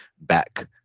back